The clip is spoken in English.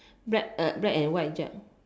black uh black and white jug